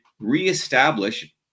reestablish